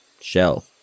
Shell